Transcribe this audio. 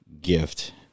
gift